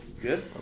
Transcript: Good